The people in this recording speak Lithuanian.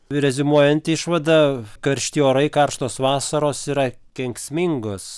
reziumuojant išvada karšti orai karštos vasaros yra kenksmingos